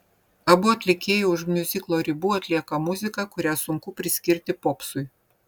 abu atlikėjai už miuziklo ribų atlieka muziką kurią sunku priskirti popsui